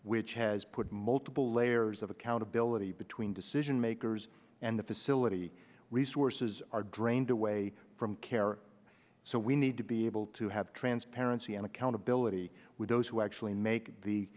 which has put multiple layers of accountability between decision makers and the facility resources are drained away from care so we need to be able to have transparency and accountability with those who actually make the